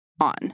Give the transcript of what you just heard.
on